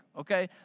Okay